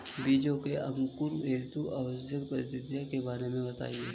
बीजों के अंकुरण हेतु आवश्यक परिस्थितियों के बारे में बताइए